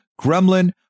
Gremlin